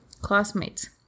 classmates